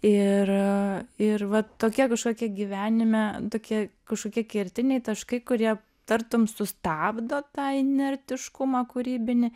ir ir vat tokie kažkokie gyvenime tokie kažkokie kertiniai taškai kurie tartum sustabdo tą inertiškumą kūrybinį